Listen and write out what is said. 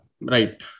Right